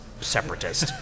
separatist